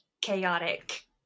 chaotic